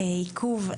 העיכוב.